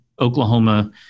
Oklahoma